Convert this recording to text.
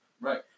Right